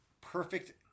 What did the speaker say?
perfect